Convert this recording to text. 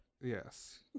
Yes